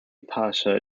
pasha